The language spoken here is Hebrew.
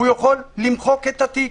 יכול למחוק את התיק.